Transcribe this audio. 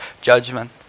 judgment